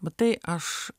matai aš